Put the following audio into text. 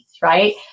right